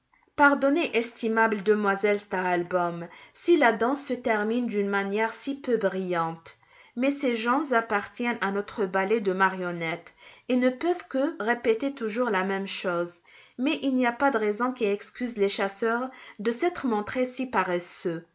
pardonnez estimable demoiselle stahlbaûm si la danse se termine d'une manière si peu brillante mais ces gens appartiennent à notre ballet de marionnettes et ne peuvent que répéter toujours la même chose mais il n'y a pas de raison qui excuse les chasseurs de s'être montrés si paresseux